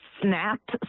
snapped